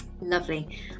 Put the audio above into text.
lovely